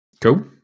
Cool